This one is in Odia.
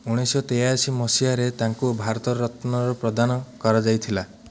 ଉଣେଇଶି ଶହ ତେୟାଅଶୀ ମସିହାରେ ତାଙ୍କୁ ଭାରତ ରତ୍ନ ପ୍ରଦାନ କରାଯାଇଥିଲା